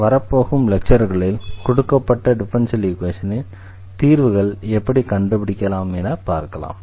வரப்போகும் லெக்சர்களில் கொடுக்கப்பட்ட டிஃபரன்ஷியல் ஈக்வேஷனின் தீர்வுகளை எப்படி கண்டுபிடிக்கலாம் என பார்க்கலாம்